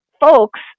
folks